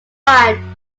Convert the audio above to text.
fine